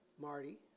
Marty